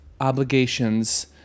obligations